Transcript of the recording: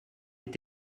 est